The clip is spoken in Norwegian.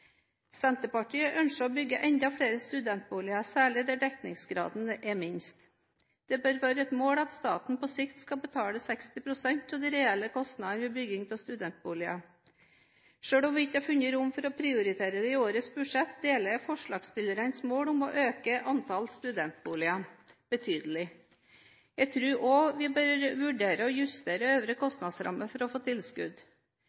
Senterpartiet ønsker å bygge enda flere studentboliger, særlig der dekningsgraden er minst. Det bør være et mål at staten på sikt skal betale 60 pst. av de reelle kostnadene ved bygging av studentboliger. Selv om vi ikke har funnet rom for å prioritere det i årets budsjett, deler jeg forslagsstillernes mål om å øke antall studentboliger betydelig. Jeg tror også vi bør vurdere å justere øvre